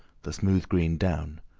the smooth green down,